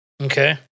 Okay